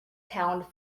pound